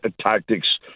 tactics